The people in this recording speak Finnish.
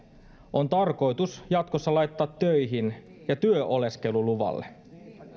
on tarkoitus jatkossa laittaa töihin ja työoleskeluluvalle